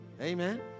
Amen